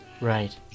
Right